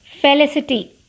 Felicity